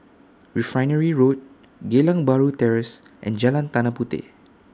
Refinery Road Geylang Bahru Terrace and Jalan Tanah Puteh